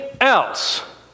else